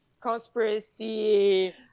conspiracy